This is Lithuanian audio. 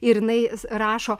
ir jinai rašo